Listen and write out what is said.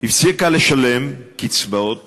הפסיקה לשלם קצבאות